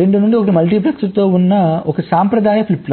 2 నుండి 1 మల్టీప్లెక్సర్తో ఉన్న ఒక సంప్రదాయ ఫ్లిప్ ఫ్లాప్